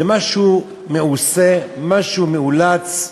זה משהו מעושה, משהו מאולץ,